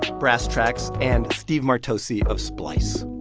brasstracks and steve martocci of splice.